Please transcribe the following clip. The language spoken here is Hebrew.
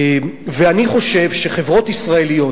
ואני חושב שחברות ישראליות,